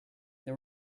they